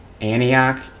antioch